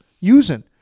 using